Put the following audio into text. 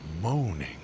moaning